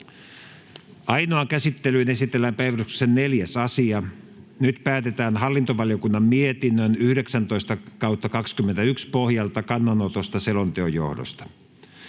Ainoaan käsittelyyn esitellään päiväjärjestyksen 4. asia. Nyt päätetään hallintovaliokunnan mietinnön HaVM 19/2021 vp pohjalta kannanotosta selonteon johdosta.